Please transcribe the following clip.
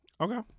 Okay